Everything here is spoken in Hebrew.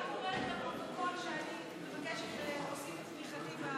רק אומרת לפרוטוקול שאני מבקשת להוסיף את תמיכתי.